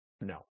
No